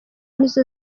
nizo